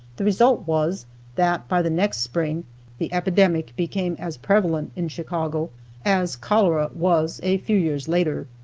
the result was that by the next spring the epidemic became as prevalent in chicago as cholera was a few years later.